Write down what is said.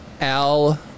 Al